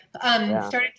started